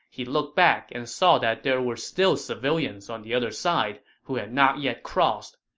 he looked back and saw that there were still civilians on the other side who had not yet crossed,